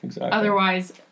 Otherwise